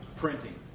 printing